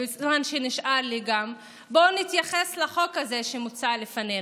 בזמן שנשאר לי בואו נתייחס לחוק הזה שמוצע לפנינו.